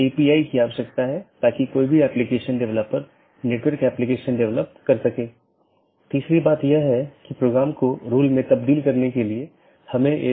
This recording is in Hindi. कुछ और अवधारणाएं हैं एक राउटिंग पॉलिसी जो महत्वपूर्ण है जोकि नेटवर्क के माध्यम से डेटा पैकेट के प्रवाह को बाधित करने वाले नियमों का सेट है